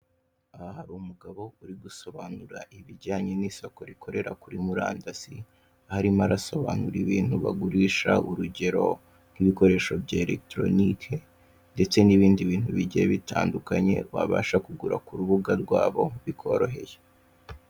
Aha hari umugabo uri gusobanura ibijyanye n'isoko rikorera kuri murandasi aho arimo arasobanura ibintu bagurisha, urugero nk'ibikoresho bya elekitoronike ndetse n'ibindi bintu bigiye bitandukanye wabasha kugura ku rubuga rwabo bikoroheye.